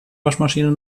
waschmaschine